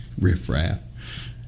Riffraff